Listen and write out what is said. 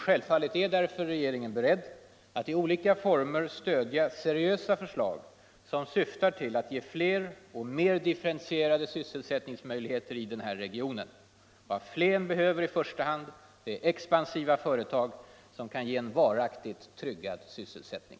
Självfallet är regeringen beredd att i olika former stödja seriösa förslag, som svftar till att ge fler och mer differentierade svsselsättningsmöjligheter i regionen. Vad Flen i första hand behöver är expansiva företag som kan ge en varaktigt tryggad industrisyvsselsättning.